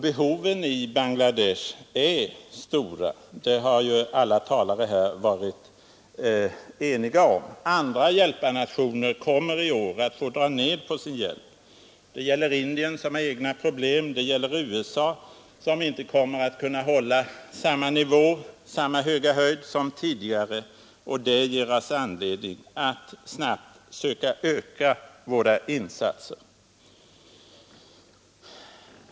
Behoven i Bangladesh är stora — det har alla talare här varit eniga om. Andra hjälparnationer kommer i år att få dra in på sin hjälp; det gäller Indien, som har egna problem, och det gäller USA, som inte kommer att kunna hålla samma höga nivå som tidigare. Det ger oss anledning att snabbt söka öka våra insatser.